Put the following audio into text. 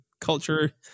culture